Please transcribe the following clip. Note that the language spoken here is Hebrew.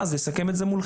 ואז נסכם את זה מולכם,